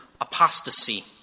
apostasy